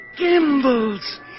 Gimbal's